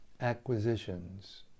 acquisitions